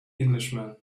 englishman